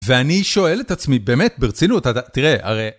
ואני שואל את עצמי, באמת, ברצינות, תראה, הרי...